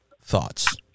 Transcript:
Thoughts